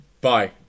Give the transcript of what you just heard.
Bye